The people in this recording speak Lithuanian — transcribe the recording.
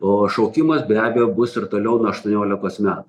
o šaukimas be abejo bus ir toliau nuo aštuoniolikos metų